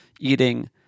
eating